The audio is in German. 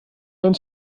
uns